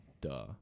duh